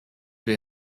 wir